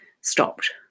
stopped